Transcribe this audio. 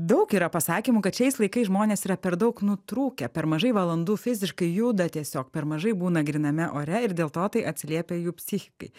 daug yra pasakymų kad šiais laikais žmonės yra per daug nutrūkę per mažai valandų fiziškai juda tiesiog per mažai būna gryname ore ir dėl to tai atsiliepia jų psichikai